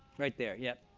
right there, yep.